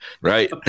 Right